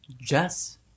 Jess